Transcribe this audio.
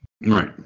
Right